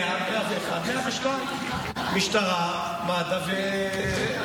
100, 101, 102, משטרה, מד"א וכבאות.